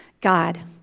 God